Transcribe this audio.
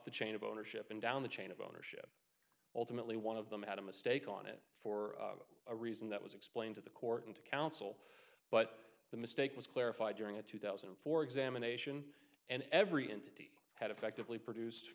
the chain of ownership and down the chain of ownership ultimately one of them had a mistake on it for a reason that was explained to the court and council but the mistake was clarified during a two thousand and four examination and every entity had effectively produced